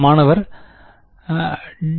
மாணவர் δ